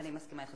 אני מסכימה אתך.